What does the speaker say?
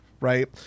Right